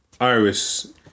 Iris